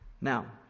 Now